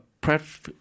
Pref